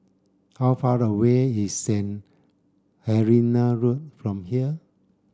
how far away is Saint Helena Road from here